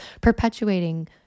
perpetuating